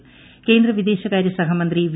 കേന്ദ്ര കേന്ദ്ര വിദേശകാര്യ സഹമന്ത്രി വി